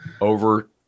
Over